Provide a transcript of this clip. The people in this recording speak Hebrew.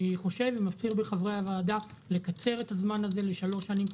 אני חוזר ומפציר בחברי הוועדה לקצר את משך הזמן הזה לשלוש שנים,